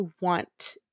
want